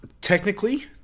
technically